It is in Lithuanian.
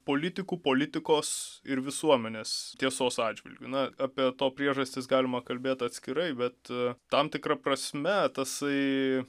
politikų politikos ir visuomenės tiesos atžvilgiu na apie to priežastis galima kalbėt atskirai bet tam tikra prasme tasai